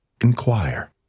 inquire